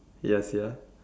yes ya